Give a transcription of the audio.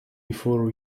before